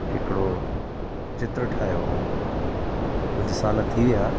हिकिड़ो चित्र ठाहियो हुओ कुझु साल थी विया